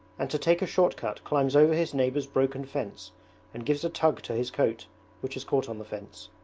and to take a short cut climbs over his neighbour's broken fence and gives a tug to his coat which has caught on the fence.